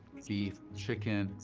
beef, chicken,